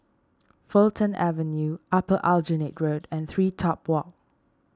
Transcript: Fulton Avenue Upper Aljunied Road and TreeTop Walk